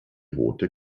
rote